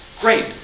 great